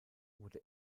wurde